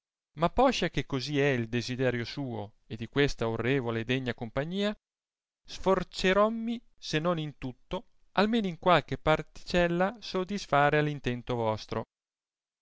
ma poscia che cosi è il desiderio suo e di questa orrevole e degna compagnia sforcierommi se non in tutto almeno in ualche particella sodisfare all intento vostro